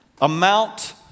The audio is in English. amount